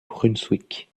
brunswick